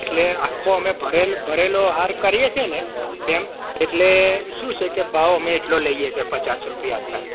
એટલે આખો અમે ભરેલ ભરેલો હાર કરીએ છે ને તેમ એટલે શું છે કે ભાવ અમે એટલો લઈ એ છે પચાસ રૂપિયા